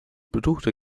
betuchte